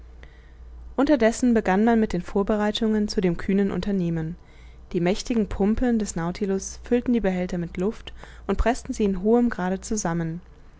unterdessen begann man mit den vorbereitungen zu dem kühnen unternehmen die mächtigen pumpen des nautilus füllten die behälter mit luft und preßten sie in hohem grade zusammen